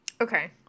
Okay